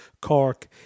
Cork